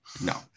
No